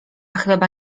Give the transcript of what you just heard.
chleba